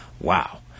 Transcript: Wow